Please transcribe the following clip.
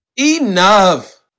Enough